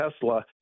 Tesla